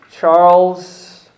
Charles